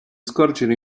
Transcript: scorgere